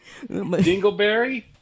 Dingleberry